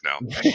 now